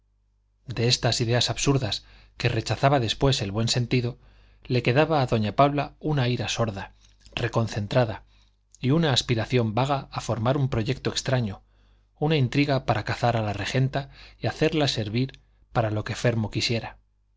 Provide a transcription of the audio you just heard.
de estas ideas absurdas que rechazaba después el buen sentido le quedaba a doña paula una ira sorda reconcentrada y una aspiración vaga a formar un proyecto extraño una intriga para cazar a la regenta y hacerla servir para lo que fermo quisiera